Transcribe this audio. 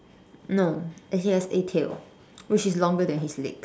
no and he has a tail which is longer than his legs